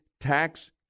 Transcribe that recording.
tax